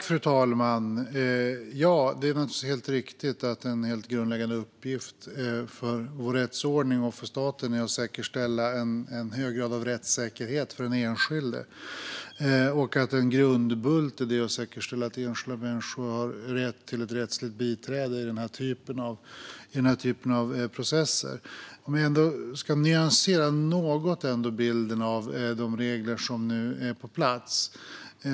Fru talman! Det är naturligtvis helt riktigt att en helt grundläggande uppgift för vår rättsordning och för staten är att säkerställa en hög grad av rättssäkerhet för den enskilde. En grundbult i detta är att säkerställa att enskilda människor har rätt till ett rättsligt biträde i den här typen av processer. Jag vill ändå nyansera bilden av de regler som nu är på plats.